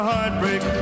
Heartbreak